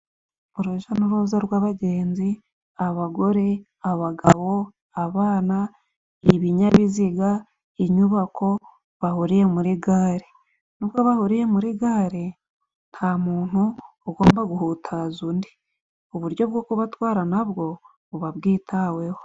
Urujya n'uruza rw'abagenzi abagore, abagabo ,abana ibinyabiziga ,inyubako bahuriye muri gare n'ubwo bahuriye muri gare nta muntu ugomba guhutaza undi, uburyo bwo kubatwara nabwo buba bwitaweho.